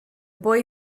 boy